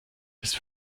ist